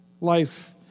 life